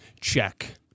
check